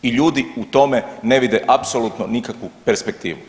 I ljudi u tome ne vide apsolutno nikakvu perspektivu.